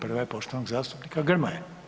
Prva je poštovanog zastupnika Grmoje.